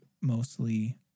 mostly